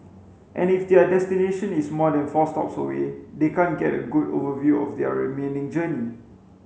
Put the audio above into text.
and if their destination is more than four stops away they can't get a good overview of their remaining journey